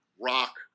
rock